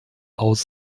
aus